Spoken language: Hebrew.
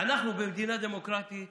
אנחנו במדינה דמוקרטית